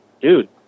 dude